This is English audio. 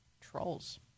Trolls